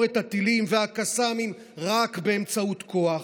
את הטילים והקסאמים רק באמצעות כוח.